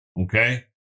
okay